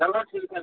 چلو